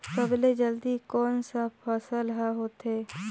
सबले जल्दी कोन सा फसल ह होथे?